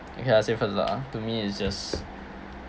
okay I say first lah to me it's just